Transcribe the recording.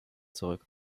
zurück